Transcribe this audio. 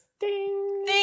ding